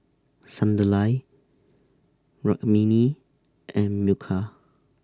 Sunderlal Rukmini and Milkha